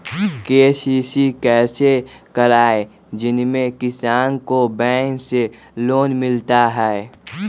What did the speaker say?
KCC कैसे कराये जिसमे किसान को बैंक से लोन मिलता है?